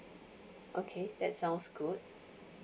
okay that sounds good